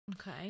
Okay